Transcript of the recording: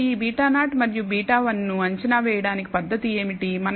ఇప్పుడు ఈ β0 మరియు β1 ను అంచనా వేయడానికి పద్దతి ఏమిటి